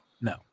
No